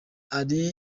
hari